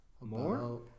More